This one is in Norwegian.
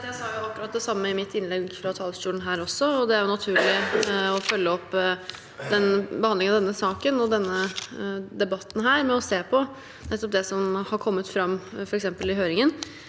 Jeg sa jo akkurat det samme i mitt innlegg fra talerstolen her også. Det er naturlig å følge opp behandlingen av denne saken og denne debatten ved å se på nettopp det som er kommet fram, f.eks. i høringen,